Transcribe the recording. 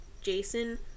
Jason